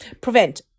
prevent